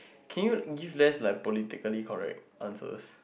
can you give less like politically correct answers